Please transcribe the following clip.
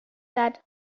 that